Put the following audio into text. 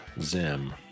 Zim